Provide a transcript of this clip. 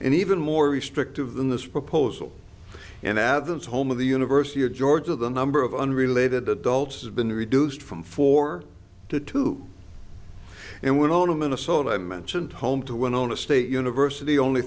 and even more restrictive than this proposal and adams home of the university of georgia the number of unrelated adults has been reduced from four to two and one on a minnesota i mentioned home to one on a state university only